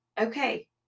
okay